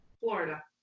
Florida